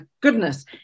goodness